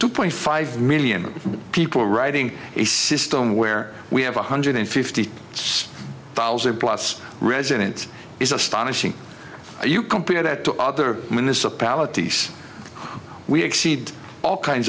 two point five million people are writing a system where we have one hundred fifty six thousand plus residents is astonishing you compare that to other municipalities we exceed all kinds